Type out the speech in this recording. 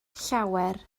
llawer